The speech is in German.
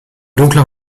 dunkler